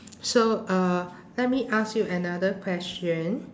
so uh let me ask you another question